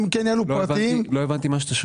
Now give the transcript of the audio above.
לא הבנתי מה שאתה שואל.